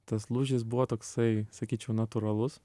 tas lūžis buvo toksai sakyčiau natūralus